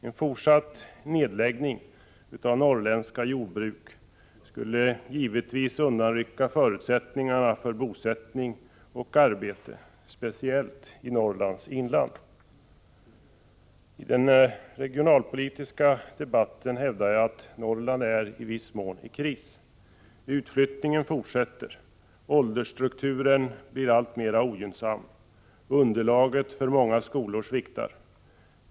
En fortsatt nedläggning av norrländska jordbruk skulle undanrycka förutsättningarna för bosättning och arbete speciellt i Norrlands inland. I den regionalpolitiska debatten hävdade jag att Norrland i viss mån är i kris. Utflyttningen fortsätter, och åldersstrukturen blir alltmer ogynnsam. Underlaget för många skolor sviktar.